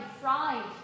fried